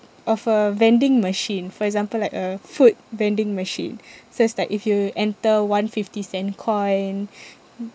of a vending machine for example like a food vending machine so is like if you enter one fifty cent coin